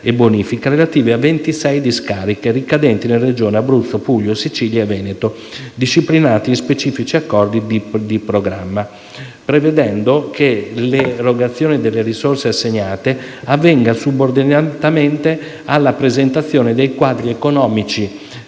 e bonifica relativi a 26 discariche ricadenti nelle Regioni Abruzzo, Puglia, Sicilia e Veneto, disciplinati in specifici Accordi di programma, prevedendo che l'erogazione delle risorse assegnate avvenga subordinatamente alla presentazione dei quadri economici